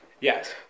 Yes